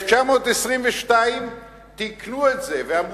ב-1922 תיקנו את זה ואמרו: